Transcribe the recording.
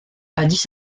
addis